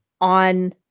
on